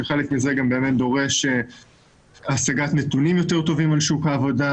שחלק מזה גם באמת דורש השגת נתונים יותר טובים על שוק העבודה,